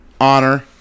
honor